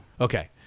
Okay